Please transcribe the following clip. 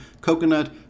coconut